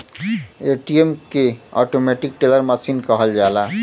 ATM के automatic teller machine कहल जाला